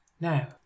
Now